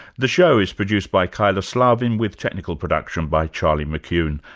the show is produced by kyla slaven, with technical production by charlie mckune.